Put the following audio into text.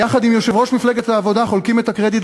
ויחד עם יושב-ראש מפלגת העבודה חולקים את הקרדיט